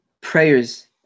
prayers